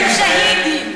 הם שהידים.